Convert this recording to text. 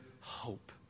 hope